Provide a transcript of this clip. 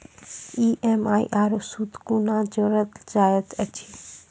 EMI आरू सूद कूना जोड़लऽ जायत ऐछि?